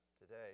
today